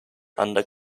under